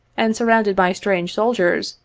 and surrounded by strange soldiers,